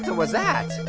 was that?